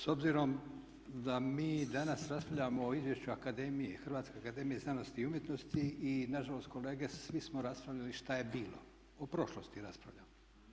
S obzirom da mi danas raspravljamo o Izvješću akademije, Hrvatske akademije znanosti i umjetnosti i nažalost kolege svi smo raspravljali što je bilo, o prošlosti raspravljamo.